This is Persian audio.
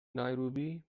نایروبی